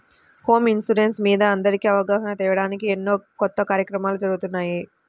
home insurance మీద అందరికీ అవగాహన తేవడానికి ఎన్నో కొత్త కార్యక్రమాలు జరుగుతున్నాయి